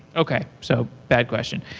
okay, so bad question.